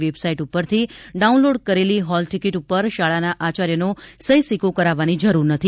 website ઉપરથી download કરેલી hall ticket ઉપર શાળાના આચાર્યનો સહીસિક્કો કરાવવાની જરૂર નથી